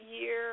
year